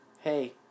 hey